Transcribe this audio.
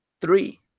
three